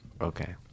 Okay